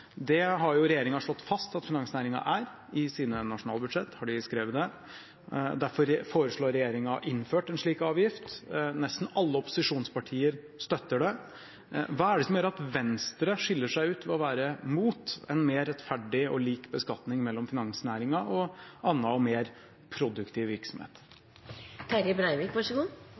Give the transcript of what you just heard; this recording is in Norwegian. Det har jo regjeringen slått fast at finansnæringen er – i sine nasjonalbudsjetter har de skrevet det. Derfor foreslår regjeringen innført en slik avgift. Nesten alle opposisjonspartier støtter det. Hva er det som gjør at Venstre skiller seg ut ved å være imot en mer rettferdig og lik beskatning av finansnæringen og annen og mer produktiv